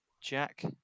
Jack